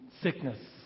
sickness